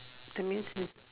that means is